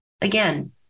again